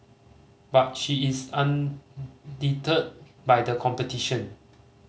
but she is undeterred by the competition